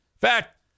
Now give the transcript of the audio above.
fact